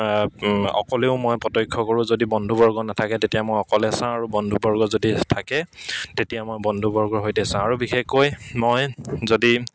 অকলেও মই প্ৰত্যক্ষ কৰোঁ যদি বন্ধুবৰ্গ নাথাকে তেতিয়া মই অকলে চাওঁ আৰু বন্ধুবৰ্গ যদি থাকে তেতিয়া মই বন্ধুবৰ্গৰ সৈতে চাওঁ আৰু বিশেষকৈ মই যদি